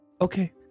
Okay